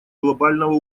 глобального